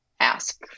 ask